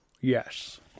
yes